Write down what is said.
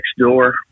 Nextdoor